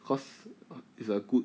because it's a good